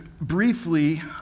briefly